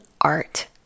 Art